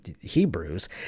hebrews